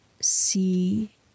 see